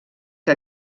que